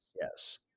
Yes